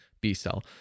B-cell